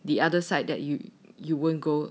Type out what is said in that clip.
the other side that you you won't go